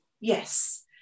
Yes